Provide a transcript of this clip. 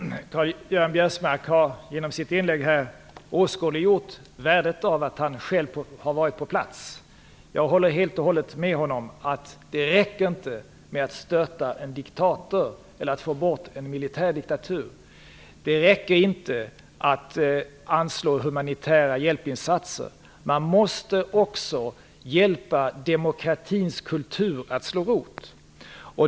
Fru talman! Karl-Göran Biörsmark har genom sitt inlägg här åskådliggjort värdet av att han själv har varit på plats. Jag håller helt och hållet med honom om att det inte räcker med att störta en diktator eller att få bort en militärdiktatur. Det räcker inte att anslå humanitära hjälpinsatser. Man måste också hjälpa demokratins kultur att slå rot.